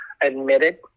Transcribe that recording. admitted